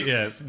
Yes